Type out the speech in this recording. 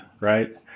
right